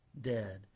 Dead